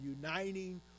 uniting